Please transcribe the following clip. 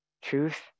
truth